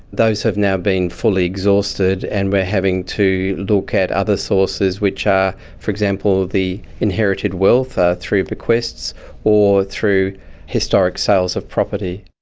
those have now been fully exhausted and we're having to look at other sources, which are, for example, the inherited wealth ah through bequests or through historic sales of property.